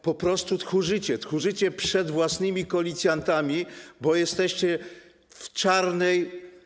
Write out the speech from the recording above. Po prostu tchórzycie, tchórzycie przed własnymi koalicjantami, bo jesteście w czarnej.